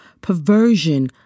perversion